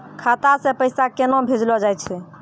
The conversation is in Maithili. खाता से पैसा केना भेजलो जाय छै?